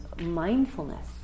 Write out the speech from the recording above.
mindfulness